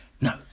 No